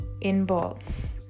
inbox